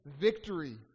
victory